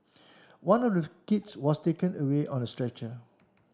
one of kids was taken away on a stretcher